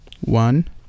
one